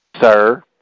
sir